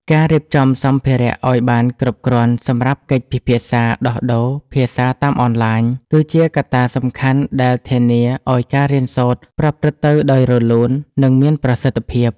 ការរៀបចំសម្ភារៈឱ្យបានគ្រប់គ្រាន់សម្រាប់កិច្ចពិភាក្សាដោះដូរភាសាតាមអនឡាញ គឺជាកត្តាសំខាន់ដែលធានាឱ្យការរៀនសូត្រប្រព្រឹត្តទៅដោយរលូន និងមានប្រសិទ្ធភាព។